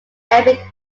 epic